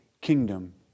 kingdom